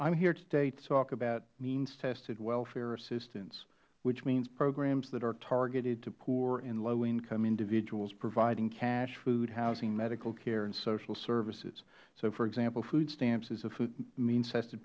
am here today to talk about means tested welfare assistance which means programs that are targeted to core and low income individuals providing cash food housing medical care and social services for example food stamps is a means tested